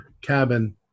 cabin